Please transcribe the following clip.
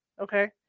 Okay